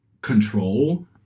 control